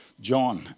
John